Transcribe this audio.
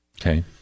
Okay